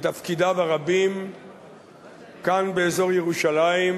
בתפקידיו הרבים כאן באזור ירושלים,